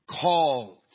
Called